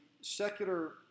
secular